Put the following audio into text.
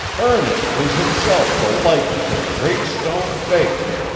ernest is himself the likeness of the great stone face